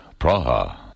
Praha